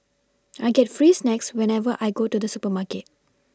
I get free snacks whenever I go to the supermarket